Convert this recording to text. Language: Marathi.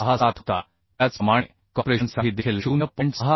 67 होता त्याचप्रमाणे कॉम्प्रेशनसाठी देखील 0